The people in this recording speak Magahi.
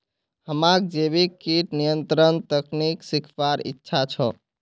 हमाक जैविक कीट नियंत्रण तकनीक सीखवार इच्छा छ